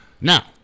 Now